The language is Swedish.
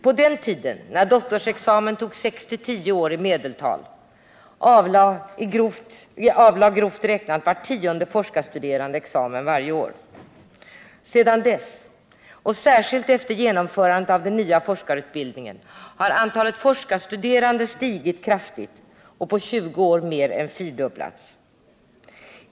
På den tid när doktorsexamen tog 6-10 år i medeltal avlade grovt räknat var tionde forskarstuderande examen varje år. Sedan dess — och särskilt efter genomförandet av den nya forskarutbildningen — har antalet forskarstuderande stigit kraftigt och på 20 år mer än fyrdubblats.